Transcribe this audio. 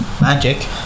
Magic